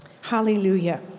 Hallelujah